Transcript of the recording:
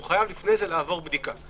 הוא חייב לפני כן לעשות בדיקה.